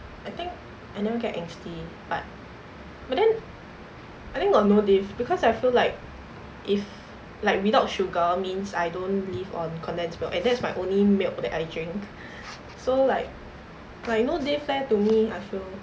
I think I never get angsty but but then I think got no diff because I feel like if without sugar means I don't live on condensed milk and that's my only milk that I drink so like like no diff leh to me I feel